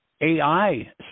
AI